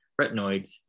retinoids